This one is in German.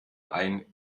ein